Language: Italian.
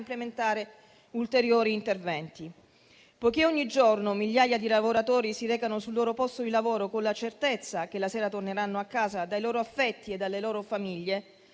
implementare ulteriori interventi, dal momento che ogni giorno migliaia di lavoratori si recano sul loro posto di lavoro con la certezza che la sera torneranno a casa dai loro affetti e dalle loro famiglie.